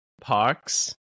Parks